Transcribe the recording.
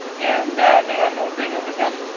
and they have no agreement with him.